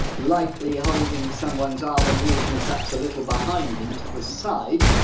lightly holding someone's arm and walking perhaps a little behind them, to the side.